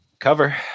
cover